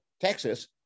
Texas